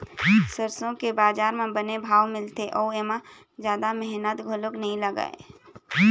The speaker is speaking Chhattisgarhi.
सरसो के बजार म बने भाव मिलथे अउ एमा जादा मेहनत घलोक नइ लागय